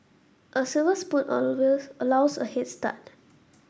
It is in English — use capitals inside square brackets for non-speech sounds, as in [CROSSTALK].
a silver spoon [UNINTELLIGIBLE] allows a head start